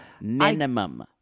Minimum